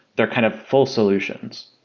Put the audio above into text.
they're kind of full solutions.